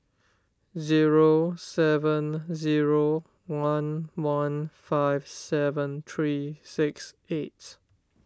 zero seven zero one one five seven three six eight